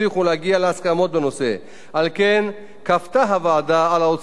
כפתה הוועדה על האוצר ועל מרכז השלטון המקומי הסדר,